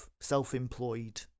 self-employed